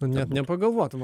nu net nepagalvotum va